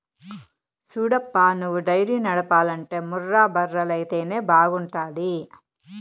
సూడప్పా నువ్వు డైరీ నడపాలంటే ముర్రా బర్రెలైతేనే బాగుంటాది